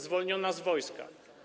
zwolniona z wojska.